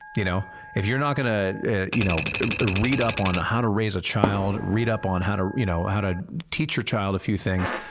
you know if you're not gonna you know read up on how to raise a child, read up on how to you know how to teach your child a few things,